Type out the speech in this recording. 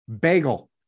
bagel